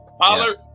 Pollard